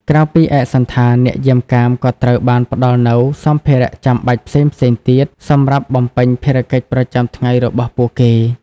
ក្រៅពីឯកសណ្ឋាន អ្នកយាមកាមក៏ត្រូវបានផ្តល់នូវ សម្ភារៈចាំបាច់ផ្សេងៗទៀត សម្រាប់បំពេញភារកិច្ចប្រចាំថ្ងៃរបស់ពួកគេ។